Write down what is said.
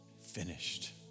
finished